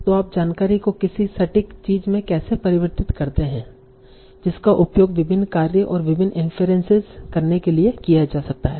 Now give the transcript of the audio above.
तो आप जानकारी को किसी सटीक चीज़ में कैसे परिवर्तित करते हैं जिसका उपयोग विभिन्न कार्य और विभिन्न इन्फेरेंसेस करने के लिए किया जा सकता है